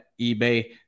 ebay